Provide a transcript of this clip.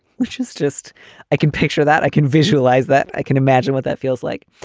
which is just i can picture that. i can visualize that. i can imagine what that feels like.